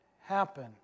happen